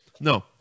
No